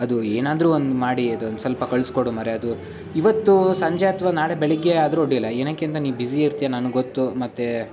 ಅದು ಏನಾದ್ರೂ ಒಂದು ಮಾಡಿ ಅದೊಂದು ಸ್ವಲ್ಪ ಕಳಿಸ್ಕೊಡು ಮಾರಾಯ ಅದು ಇವತ್ತು ಸಂಜೆ ಅಥವಾ ನಾಳೆ ಬೆಳಿಗ್ಗೆ ಆದರೂ ಅಡ್ಡಿಯಿಲ್ಲ ಏನಕ್ಕೆ ಅಂದ್ರೆ ನೀ ಬಿಝಿ ಇರ್ತೀಯ ನನಗೆ ಗೊತ್ತು ಮತ್ತು